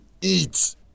eat